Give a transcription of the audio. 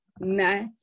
met